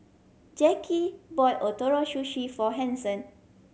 Jacki bought Ootoro Sushi for Hanson